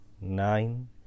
nine